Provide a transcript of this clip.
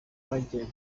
bagiye